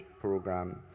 program